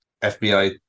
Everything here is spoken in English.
FBI